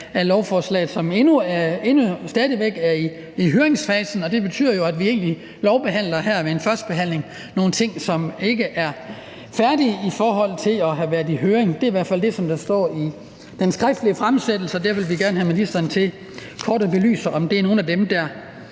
af lovforslaget, som stadig befinder sig i høringsfasen, og det betyder jo, at vi her ved førstebehandlingen egentlig lovbehandler nogle ting, som ikke er gjort færdige i forhold til at have været i høring. Det er i hvert fald det, der står i fremsættelsestalen. Der vil vi gerne have ministeren til kort at belyse, om det er nogle af de ting, der